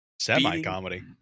Semi-comedy